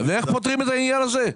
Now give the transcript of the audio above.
איך פותרים את העניין הזה?